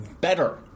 better